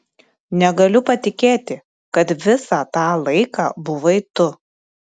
negaliu patikėti kad visą tą laiką buvai tu